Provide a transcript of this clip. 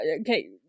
okay